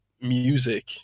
music